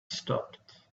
stopped